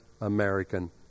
American